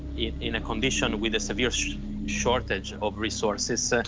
in, in a condition with a severe shortage of resources,